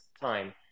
time